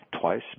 twice